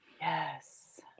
Yes